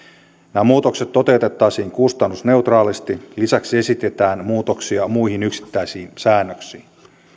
nämä muutokset toteutettaisiin kustannusneutraalisti lisäksi esitetään muutoksia muihin yksittäisiin säännöksiin